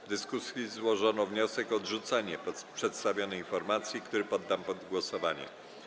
W dyskusji zgłoszono wniosek o odrzucenie przedstawionej informacji, który poddam pod głosowanie.